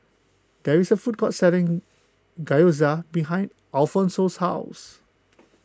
there is a food court selling Gyoza behind Alfonso's house